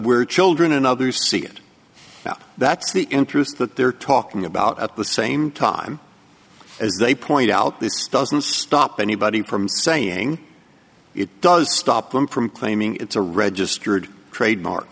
were children and others see it now that's the interest that they're talking about at the same time as they point out this doesn't stop anybody from saying it does stop them from claiming it's a registered trademark